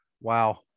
Wow